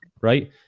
right